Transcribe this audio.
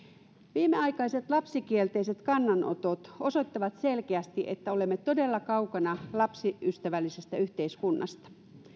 viimeaikaiset lapsikielteiset kannanotot osoittavat selkeästi että olemme todella kaukana lapsiystävällisestä yhteiskunnasta